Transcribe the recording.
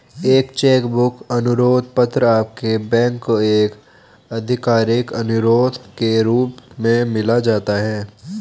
एक cheque book अनुरोध पत्र आपके बैंक को एक आधिकारिक अनुरोध के रूप में लिखा जाता है